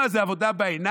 מה זה, עבודה בעיניים?